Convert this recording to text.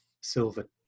silver